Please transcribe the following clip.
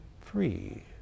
free